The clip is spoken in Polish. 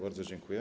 Bardzo dziękuję.